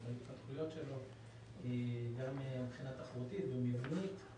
גם מבחינה תחרותית ומבנית.